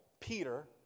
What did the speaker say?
Peter